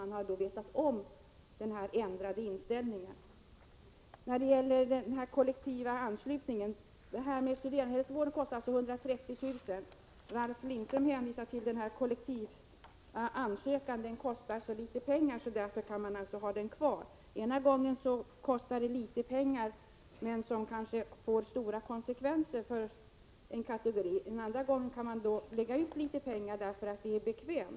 Han har således vetat om vår ändrade inställning. Ralf Lindström hänvisar till att systemet med kollektiv ansökan kostar så litet pengar att vi av den anledningen kan ha det kvar. Vårt förslag när det gäller studerandehälsovården kostar litet pengar, 130 000 kr., men får stora konsekvenser för en kategori. Andra gånger kan ni minnsann lägga ut pengar för att det är bekvämt.